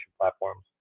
platforms